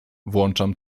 włączam